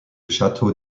château